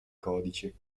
codici